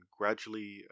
gradually